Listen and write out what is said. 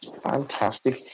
Fantastic